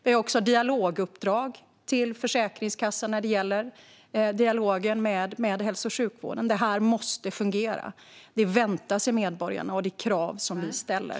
Vi har också ett dialoguppdrag till Försäkringskassan när det gäller dialogen med hälso och sjukvården. Det här måste fungera. Det väntar sig medborgarna, och det är krav som vi ställer.